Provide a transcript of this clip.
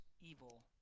evil